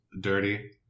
dirty